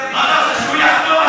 שהוא יחתום על סעיף 52,